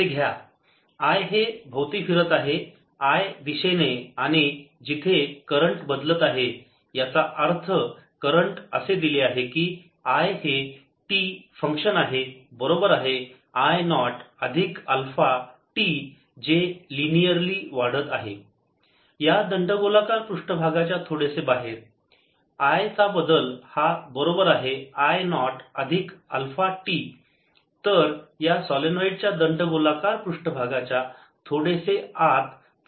I हे भोवती फिरत आहे I दिशेने आणि जिथे करंट बदलत आहे याचा अर्थ करंट असे दिले आहे की I हे t फंक्शन आहे बरोबर आहे I नॉट अधिक अल्फा t जे लिनिअरली वाढत आहे या दंडगोलाकार पृष्ठभागाच्या थोडेसे बाहेर I चा बदल हा बरोबर आहे I नॉट अधिक अल्फा t तर तर या सोलेनोईड च्या दंडगोलाकार पृष्ठभागाच्या थोडेसे आत पॉइंटिंग वेक्टर असणार आहे